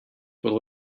would